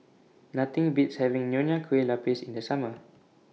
Nothing Beats having Nonya Kueh Lapis in The Summer